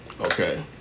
Okay